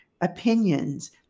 opinions